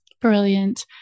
Brilliant